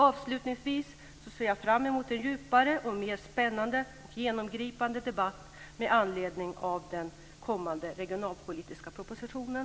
Avslutningsvis ser jag fram emot en djupare och mer spännande och genomgripande debatt med anledning av den kommande regionalpolitiska propositionen.